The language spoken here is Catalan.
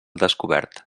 descobert